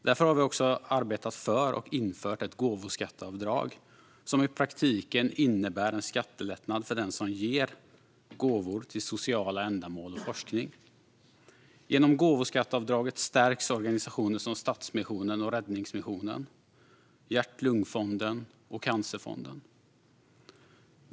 Därför har vi också arbetat för och infört ett gåvoskatteavdrag. Det innebär i praktiken en skattelättnad för den som ger gåvor till sociala ändamål och forskning. Genom gåvoskatteavdraget stärks organisationer som Stadsmissionen, Räddningsmissionen, Hjärt-Lungfonden och Cancerfonden.